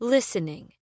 Listening